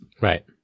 Right